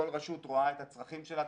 כל רשות רואה את הצרכים שלה,